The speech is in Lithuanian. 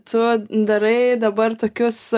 tu darai dabar tokius